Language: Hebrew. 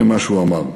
הנה מה שהוא אמר: